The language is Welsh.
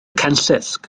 cenllysg